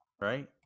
Right